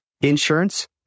insurance